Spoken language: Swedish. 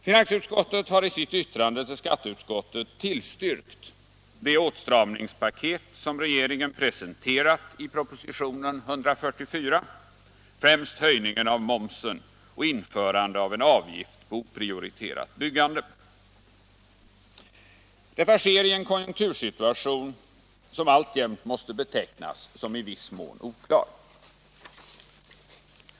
Finansutskottet har i sitt yttrande till skatteutskottet tillstyrkt det åtstramningspaket som regeringen presenterat i propositionen 144, främst höjning av momsen och införande av en avgift på oprioriterat byggande. Detta sker i en konjunktursituation som alltjämt måste betecknas som i viss mån oklar.